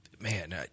Man